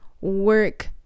work